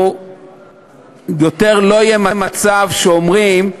שיותר לא יהיה מצב שאומרים: